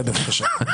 צא, בבקשה.